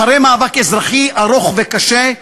אחרי מאבק אזרחי ארוך וקשה,